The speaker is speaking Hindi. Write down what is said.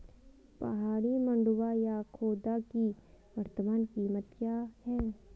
पहाड़ी मंडुवा या खोदा की वर्तमान कीमत क्या है?